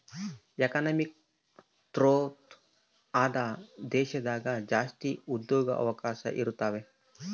economic growth ಆದ ದೇಶದಾಗ ಜಾಸ್ತಿ ಉದ್ಯೋಗವಕಾಶ ಇರುತಾವೆ